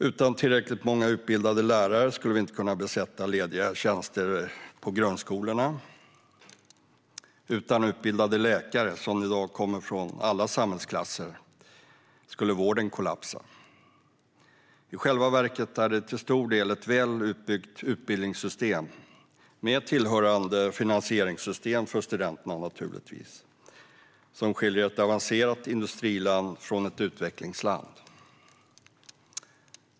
Utan tillräckligt många utbildade lärare skulle vi inte kunna besätta lediga tjänster på grundskolorna, och utan utbildade läkare - som i dag kommer från alla samhällsklasser - skulle vården kollapsa. I själva verket är det till stor del ett väl utbyggt utbildningssystem, naturligtvis med tillhörande finansieringssystem för studenterna, som skiljer ett avancerat industriland från ett utvecklingsland.